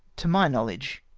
to my knowledge,